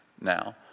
now